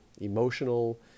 emotional